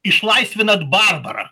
išlaisvinat barbarą